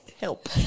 help